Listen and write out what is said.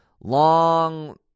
long